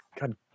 God